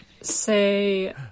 say